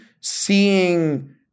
seeing